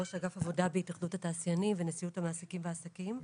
ראש אגף עבודה בהתאחדות התעשיינים ונשיאות המעסיקים והעסקים.